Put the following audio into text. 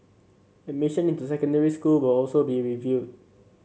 admission into secondary school will also be reviewed